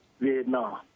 Vietnam